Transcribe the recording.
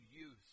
use